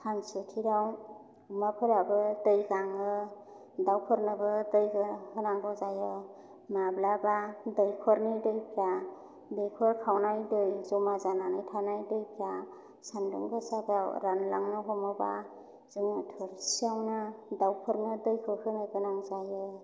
सानसुथिराव अमाफोराबो दै गाङो दाव फोरनोबो दै होनांगौ जायो माब्लाबा दैख'रनि दैफ्रा दैख'र खावनाय दै ज'मा जानानै थानाय दैफ्रा सानदुं गोसाफ्राव रानलांनो हमोबा जोंनि थुरसियावनो दाव फोरनो दै होनो गोनां जायो